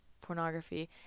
pornography